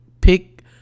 pick